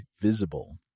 Visible